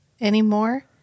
anymore